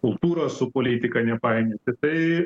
kultūrą su politika nepainioti tai